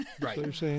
Right